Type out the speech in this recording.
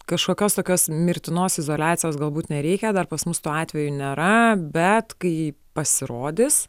kažkokios tokios mirtinos izoliacijos galbūt nereikia dar pas mus tų atvejų nėra bet kai pasirodys